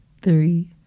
three